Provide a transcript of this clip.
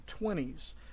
20s